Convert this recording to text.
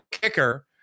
Kicker